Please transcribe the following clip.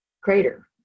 crater